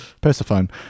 Persephone